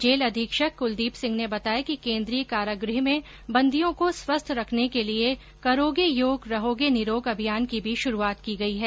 jail अधीक्षक कुलदीप सिंह ने बताया कि केन्द्रीय कारागृह में बंदियों को स्वस्थ रखने के लिए करोगे योग रहोगे निरोग अभियान की भी शुरूआत की गई है